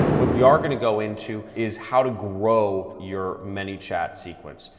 what we are gonna go into is how to grow your many chat sequence.